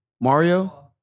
Mario